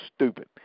stupid